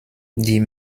die